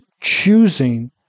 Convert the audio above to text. choosing